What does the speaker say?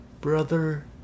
Brother